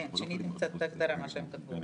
שיניתם קצת את ההגדרה ממה שהם כתבו.